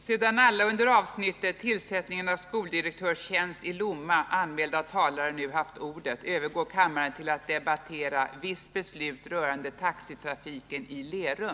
Sedan alla under avsnittet Tillsättningen av skoldirektörstjänst i Lomma anmälda talare nu haft ordet övergår kammaren till att debattera Visst beslut rörande taxitrafiken i Lerum.